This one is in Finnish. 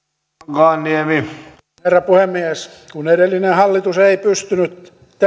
herra puhemies kun edellinen hallitus ei pystynyt